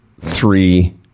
three